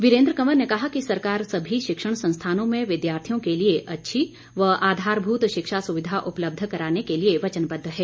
वीरेंद्र कवंर ने कहा कि सरकार सभी शिक्षण संस्थानों में विद्यार्थियों के लिए अच्छी व आधारभूत शिक्षा सुविधा उपलब्ध कराने के लिए वचनबद्व है